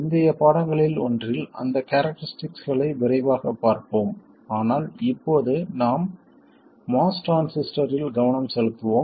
பிந்தைய பாடங்களில் ஒன்றில் அந்த கேரக்டரிஸ்டிக்ஸ்களை விரைவாகப் பார்ப்போம் ஆனால் இப்போது நாம் MOS டிரான்சிஸ்டரில் கவனம் செலுத்துவோம்